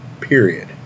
period